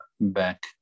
back